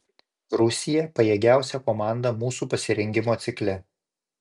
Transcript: rusija pajėgiausia komanda mūsų pasirengimo cikle